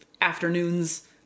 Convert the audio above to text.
afternoons